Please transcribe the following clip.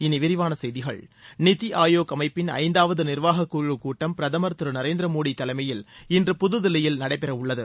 இனி விரிவான செய்திகள் நிதி ஆயோக் அமைப்பின் ஐந்தாவது நிர்வாகக்குழு கூட்டம் பிரதமர் திரு நரேந்திர மோடி தலைமையில் இன்று புதுதில்லியில் நடைபெறவுள்ளது